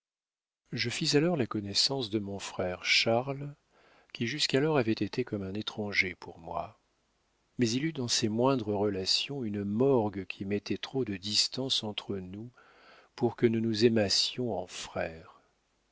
je fis enfin la connaissance de mon frère charles qui jusqu'alors avait été comme un étranger pour moi mais il eut dans ses moindres relations une morgue qui mettait trop de distance entre nous pour que nous nous aimassions en frères